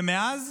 ומאז